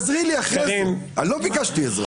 לא ביקשתי עזרה.